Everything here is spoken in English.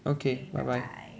okay bye bye